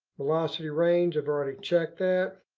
velocity range. i've already checked that.